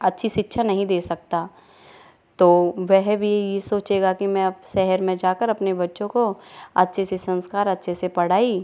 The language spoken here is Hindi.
अच्छी शिक्षा नहीं दे सकता तो वह भी ये सोचेगा कि मैं शहर में जा कर अपने बच्चों को अच्छे से संस्कार अच्छे से पढ़ाई